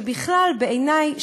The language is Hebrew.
ובכלל בעיני,